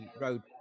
road